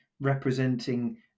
representing